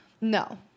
No